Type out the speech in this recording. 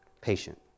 patient